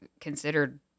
considered